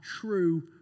true